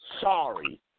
Sorry